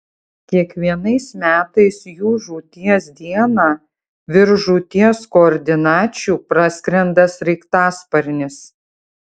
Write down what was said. kiekvienais metais jų žūties dieną virš žūties koordinačių praskrenda sraigtasparnis